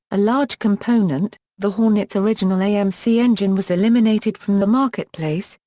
a large component, the hornet's original amc engine was eliminated from the marketplace,